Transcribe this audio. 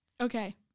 Okay